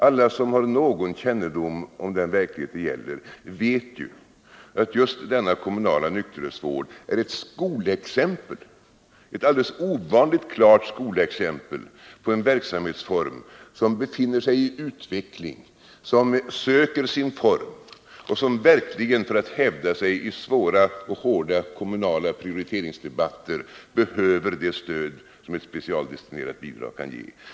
Alla som har någon kännedom om den verklighet det gäller vet ju att just den kommunala nykterhetsvården är ett alldeles ovanligt klart skolexempel på en verksamhet, som befinner sig i utveckling, som söker sin form och som, för att hävda sig i svåra och hårda kommunala prioriteringsdebatter, verkligen behöver det stöd som ett specialdestinerat bidrag kan ge.